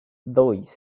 dois